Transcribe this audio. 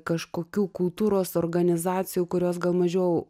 kažkokių kultūros organizacijų kurios gal mažiau